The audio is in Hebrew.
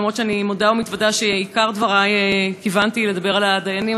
אף שאני מודה ומתוודה שאת עיקר דברי כיוונתי לדבר על הדיינים,